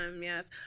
Yes